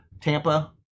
Tampa